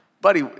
buddy